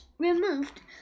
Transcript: removed